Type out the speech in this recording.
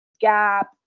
Gap